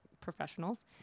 professionals